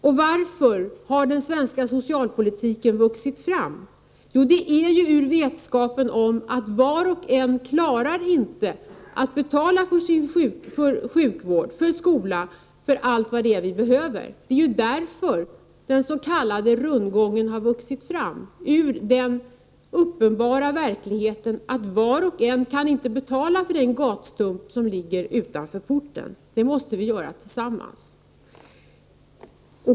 Och varför har den svenska socialpolitiken vuxit fram? Jo, det har skett mot bakgrund av vetskapen om att var och en inte klarar att betala för sjukvård, för skola och allt vad vi behöver. Den s.k. rundgången beror ju på den uppenbara verkligheten — att var och en inte kan betala för den gatstump som ligger utanför porten. Det måste vi göra tillsammans.